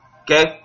Okay